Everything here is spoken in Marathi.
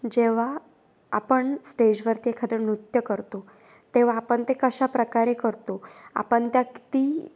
जेव्हा आपण स्टेजवरती एखादं नृत्य करतो तेव्हा आपण ते कशा प्रकारे करतो आपण त्या किती